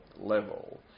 level